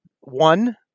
One